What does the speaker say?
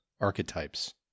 archetypes